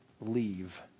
leave